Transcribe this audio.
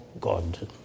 God